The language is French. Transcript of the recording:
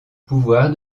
pouvoir